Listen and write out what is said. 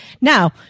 Now